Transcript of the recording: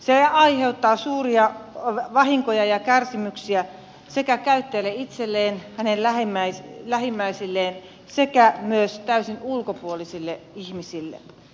se aiheuttaa suuria vahinkoja ja kärsimyksiä käyttäjälle itselleen hänen lähimmäisilleen sekä myös täysin ulkopuolisille ihmisille